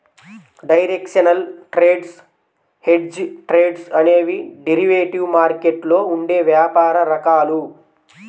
directional trades, hedged trades అనేవి derivative మార్కెట్లో ఉండే వ్యాపార రకాలు